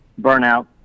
burnout